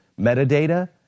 metadata